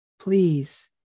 Please